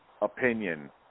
opinion